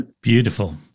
beautiful